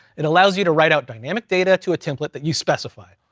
it allows you to write out dynamic data to a template that you specify,